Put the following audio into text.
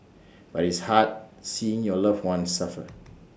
but it's hard seeing your loved one suffer